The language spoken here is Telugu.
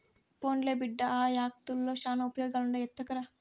పోన్లే బిడ్డా, ఆ యాకుల్తో శానా ఉపయోగాలుండాయి ఎత్తకరా